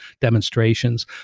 demonstrations